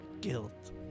Guilt